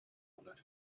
ылар